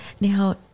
Now